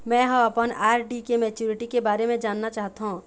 में ह अपन आर.डी के मैच्युरिटी के बारे में जानना चाहथों